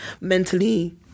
mentally